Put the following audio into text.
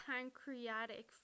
pancreatic